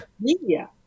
Media